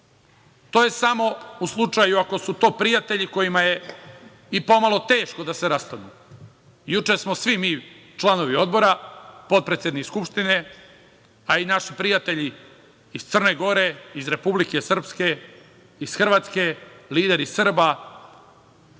To je samo u slučaju ako su to prijatelji kojima je i pomalo teško da se rastanu. Juče smo svi mi članovi odbora, potpredsednik Skupštine, a i naši prijatelji iz Crne Gore, iz Republike Srpske, iz Hrvatske, lideri Srba,